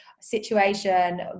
situation